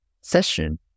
session